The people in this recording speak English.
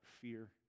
fear